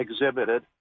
exhibited